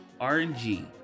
rng